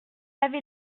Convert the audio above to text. avait